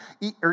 eat